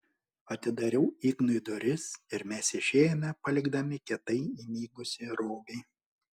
atidariau ignui duris ir mes išėjome palikdami kietai įmigusį robį